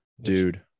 Dude